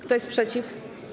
Kto jest przeciw?